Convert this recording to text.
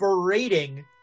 berating